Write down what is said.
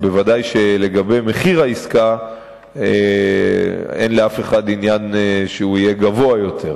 ודאי שלגבי מחיר העסקה אין לאף אחד עניין שהוא יהיה גבוה יותר,